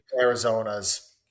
arizona's